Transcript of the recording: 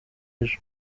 ejo